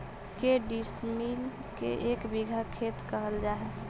के डिसमिल के एक बिघा खेत कहल जा है?